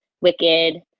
wicked